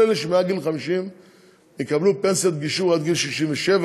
כל אלה שמעל גיל 50 יקבלו פנסיית גישור עד גיל 67,